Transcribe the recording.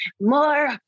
more